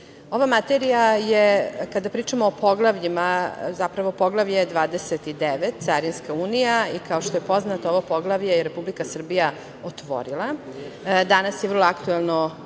materija je, kada pričamo o poglavljima, tj. Poglavlje 29 - Carinska unija i kao što je poznato, ovo poglavlje je Republika Srbija otvorila, danas je vrlo aktuelno